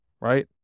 right